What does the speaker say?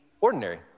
ordinary